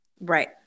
Right